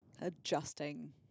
adjusting